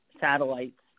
satellites